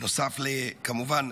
נוסף כמובן,